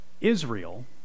Israel